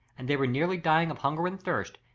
and they were nearly dying of hunger and thirst,